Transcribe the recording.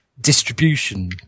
distribution